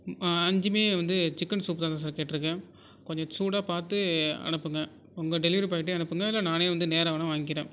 அஞ்சும் வந்து chicken soup தான் sir கேட்டிருக்கேன் கொஞ்சம் சூடாக பார்த்து அனுப்புங்க உங்க டெலிவரி பாய்கிட்டேயே அனுப்புங்க இல்லை நான் வந்து நேராக வேணா வாங்கிறேன்